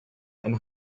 and